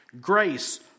grace